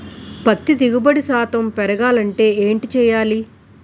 పత్తి దిగుబడి శాతం పెరగాలంటే ఏంటి చేయాలి?